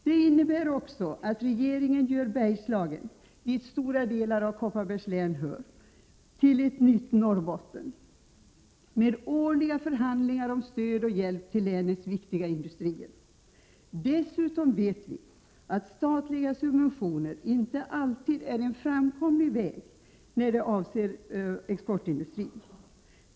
Det innebär också att regeringen gör Bergslagen — dit stora delar av Kopparbergs län hör — till ett nytt Norrbotten med årliga förhandlingar om stöd och hjälp till länets viktiga industrier. Dessutom vet vi att statliga subventioner inte alltid är en framkomlig väg när det avser exportindustrin.